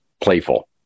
playful